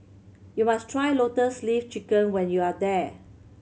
you must try Lotus Leaf Chicken when you are there